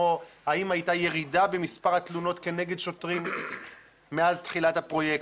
כמו האם הייתה ירידה במספר התלונות כנגד שוטרים מאז תחילת הפרויקט,